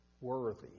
Worthy